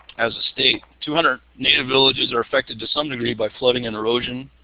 as a state. two hundred native villages were affected to some degree by flooding and erosion.